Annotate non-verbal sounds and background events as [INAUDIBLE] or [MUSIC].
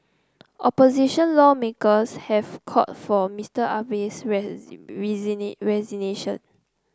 opposition lawmakers have called for Mister Abe's [UNINTELLIGIBLE] [UNINTELLIGIBLE] resignation